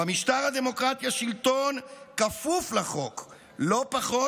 במשטר הדמוקרטי השלטון כפוף לחוק לא פחות,